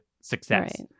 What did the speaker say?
success